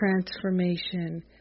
transformation